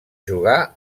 jugar